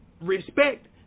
respect